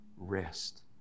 rest